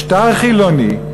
משטר חילוני,